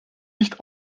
nicht